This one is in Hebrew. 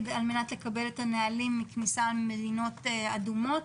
לקבל את הנהלים מכניסה ממדינות אדומות